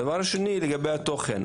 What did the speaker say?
דבר שני הוא לגבי התוכן.